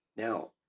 Now